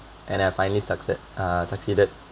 and I finally succe~ uh succeeded